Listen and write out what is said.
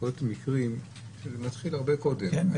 יכולים להיות מקרים שזה מתחיל הרבה קודם.